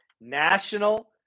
National